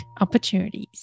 opportunities